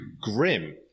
grim